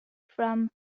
from